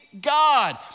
God